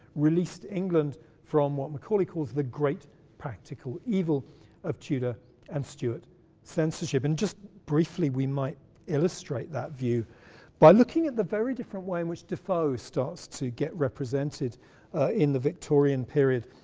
released england from what macaulay calls the great practical evil of tudor and stuart censorship. and, just briefly, we might illustrate that view by looking at the very different way in which defoe starts to get represented in the victorian period.